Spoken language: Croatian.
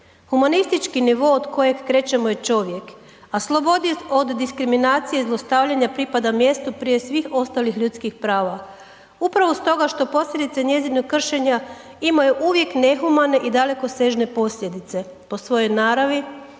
Humanistički nivo od kojeg krećemo je čovjek, a slobodi od diskriminacije i zlostavljanja pripada mjesto prije svih ostalih ljudskih prava upravo stoga što posljedice njezinog kršenja imaju uvijek nehumane i dalekosežne posljedice, po svojoj naravi